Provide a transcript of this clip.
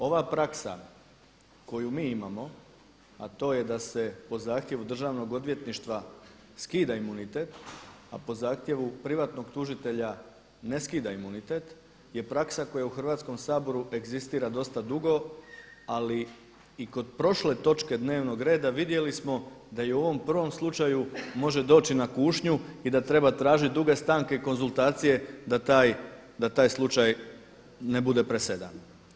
Ova praksa koju mi imamo, a to je da se po zahtjevu Državnog odvjetništva skida imunitet, a po zahtjevu privatnog tužitelja ne skida imunitet je praksa koja u Hrvatskom saboru egzistira dosta dugo, ali i kod prošle točke dnevnog reda vidjeli smo da i u ovom prvom slučaju može doći na kušnju i da treba tražiti duge stanke i konzultacije da taj slučaj ne bude presedan.